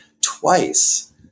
twice